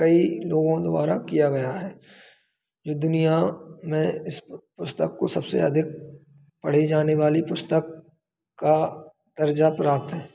कई लोगों द्वारा किया गया है यह दुनिया में इस पुस्तक को सबसे ज्यादा पढ़ी जाने वाली पुस्तक का दर्जा प्राप्त है